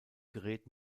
gerät